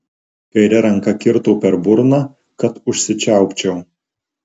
kaire ranka kirto per burną kad užsičiaupčiau